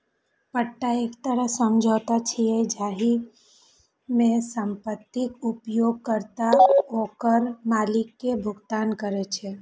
पट्टा एक तरह समझौता छियै, जाहि मे संपत्तिक उपयोगकर्ता ओकर मालिक कें भुगतान करै छै